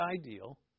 ideal